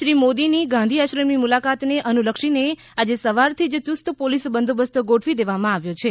શ્રી મોદીની ગાંધી આશ્રમની મુલાકાતને અનુલક્ષીને આજે સવારથી જ યુસ્ત પોલીસ બંદોબસ્ત ગોઠવી દેવામાં આવ્યો છે